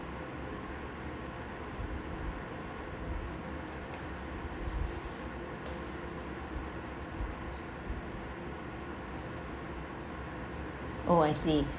oh I see